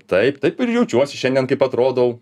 taip taip ir jaučiuosi šiandien kaip atrodau